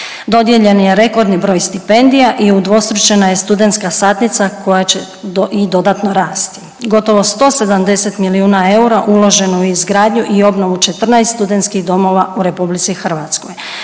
Dodijeljen je rekordni broj stipendija i udvostručena je studentska satnica koja će i dodatno rasti. Gotovo 170 milijuna eura uloženo je u izgradnju i obnovu 14 studentskih domova u Republici Hrvatskoj,